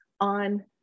on